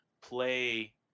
play